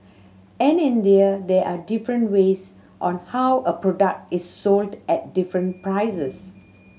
in India there are different ways on how a product is sold at different prices